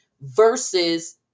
versus